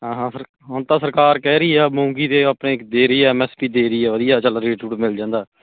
ਹਾਂ ਹਾਂ ਫਿਰ ਹੁਣ ਤਾਂ ਸਰਕਾਰ ਕਹਿ ਰਹੀ ਆ ਮੂੰਗੀ ਦੇ ਆਪਣੇ ਦੇ ਰਹੀ ਆ ਐਮ ਐਸ ਪੀ ਦੇ ਰਹੀ ਆ ਵਧੀਆ ਚੱਲ ਰੇਟ ਰੂਟ ਮਿਲ ਜਾਂਦਾ